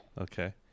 Okay